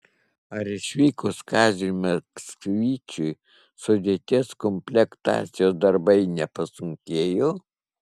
ar išvykus kaziui maksvyčiui sudėties komplektacijos darbai nepasunkėjo